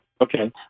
Okay